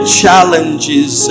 challenges